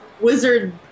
wizard